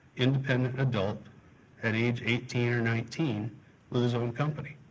independent adult at age eighteen or nineteen with his own company.